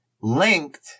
linked